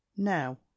now